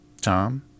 Tom